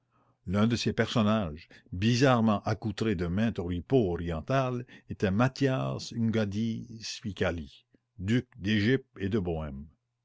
l'un de ces personnages bizarrement accoutré de maint oripeau oriental était mathias